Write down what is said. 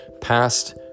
past